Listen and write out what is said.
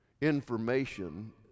information